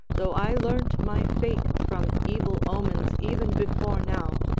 though i learnt my fate from evil omens even before now,